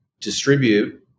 distribute